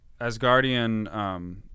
Asgardian –